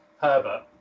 Herbert